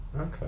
Okay